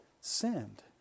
sinned